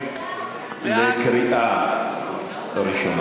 חבר הכנסת אראל מרגלית, אדוני.